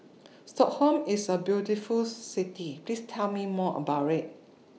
Stockholm IS A very beautiful City Please Tell Me More about IT